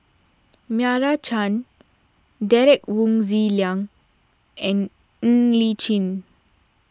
Meira Chand Derek Wong Zi Liang and Ng Li Chin